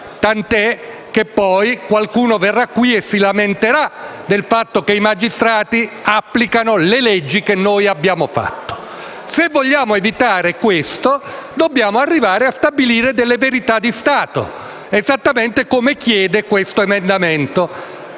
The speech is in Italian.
tanto che poi qualcuno verrà qui e si lamenterà del fatto che i magistrati applicano le leggi che abbiamo approvato. Se vogliamo evitare questo, dobbiamo arrivare a stabilire delle verità di Stato, esattamente come chiede l'emendamento